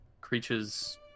creatures